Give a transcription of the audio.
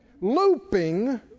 Looping